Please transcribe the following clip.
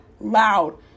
loud